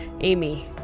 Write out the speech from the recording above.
Amy